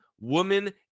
woman